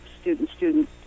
student-student